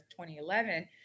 2011